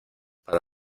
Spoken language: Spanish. para